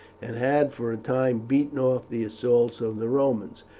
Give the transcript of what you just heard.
and had for a time beaten off the assaults of the romans.